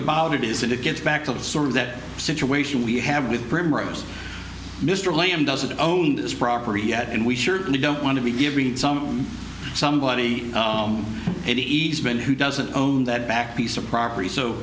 about it is that it gets back to sort of that situation we have with primrose mr lamb doesn't own this property yet and we certainly don't want to be giving some on somebody's home and each been who doesn't own that back piece of property so